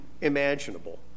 imaginable